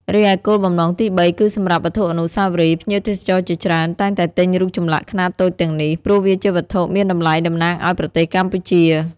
រីឯគោលបំណង ទីបី គឺសម្រាប់ វត្ថុអនុស្សាវរីយ៍ ភ្ញៀវទេសចរជាច្រើនតែងតែទិញរូបចម្លាក់ខ្នាតតូចទាំងនេះ ព្រោះវាជាវត្ថុមានតម្លៃតំណាងឱ្យប្រទេសកម្ពុជា។